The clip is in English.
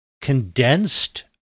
condensed